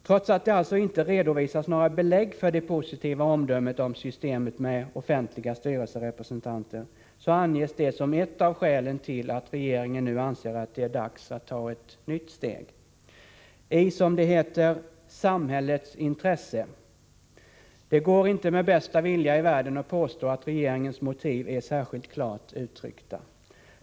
Trots att det alltså inte redovisas några belägg för det positiva omdömet om systemet med offentliga styrelserepresentanter, anges detta som ett av skälen till att regeringen nu anser att det är dags att ta ett nytt steg i, som det heter, samhällets intresse. Det går inte med bästa vilja i världen att påstå att regeringens motiv är särskilt klart uttryckta.